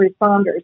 responders